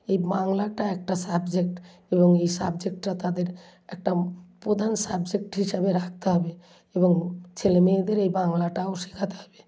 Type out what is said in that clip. এই বাংলাটা একটা সাবজেক্ট এবং এই সাবজেক্টটা তাদের একটা প্রধান সাবজেক্ট হিসাবে রাখতে হবে এবং ছেলে মেয়েদের এই বাংলাটাও শেখাতে হবে